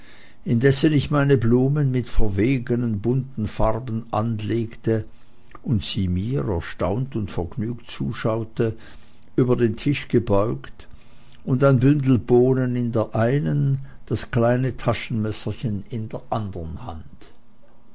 indessen ich meine blumen mit verwegenen bunten farben anlegte und sie mir erstaunt und vergnügt zuschaute über den tisch gebeugt und ein büschel bohnen in der einen das kleine taschenmesserchen in der anderen hand